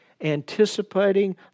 anticipating